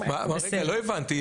כמו מתאמת ההשתלות.